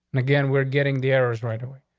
and again, we're getting the errors right away.